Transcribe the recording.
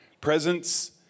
Presence